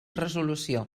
resolució